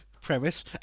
premise